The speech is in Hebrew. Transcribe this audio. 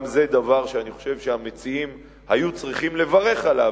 גם זה דבר שאני חושב שהמציעים היו צריכים לברך עליו,